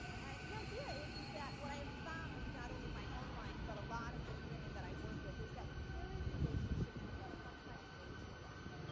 and the idea is is that what i have found not only in my own life but a lot of women that i work with is that we carry relationships with us sometimes way too long.